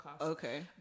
Okay